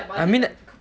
I mean that